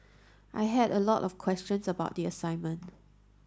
I had a lot of questions about the assignment